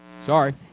Sorry